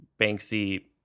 Banksy